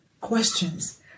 questions